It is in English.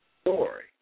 story